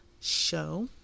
show